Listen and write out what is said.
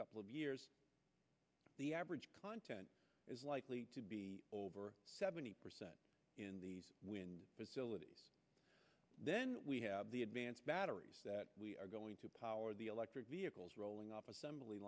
couple of years the average content is likely to be over seventy percent in these wind facilities then we have the advanced batteries that we are going to power the electric vehicles rolling off assembly